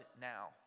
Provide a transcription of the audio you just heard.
now